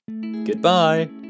goodbye